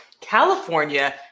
California